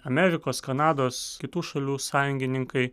amerikos kanados kitų šalių sąjungininkai